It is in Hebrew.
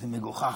זה מגוחך.